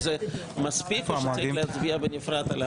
אם זה מספיק או שצריך להצביע בנפרד?